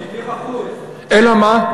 70%. אלא מה?